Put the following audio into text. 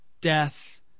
death